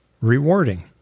rewarding